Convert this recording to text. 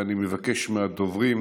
ואני מבקש מהדוברים